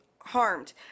harmed